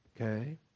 Okay